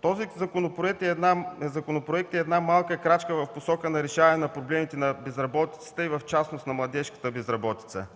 Този законопроект е една малка крачка в посока на решаване на проблемите на безработицата и в частност на младежката безработица.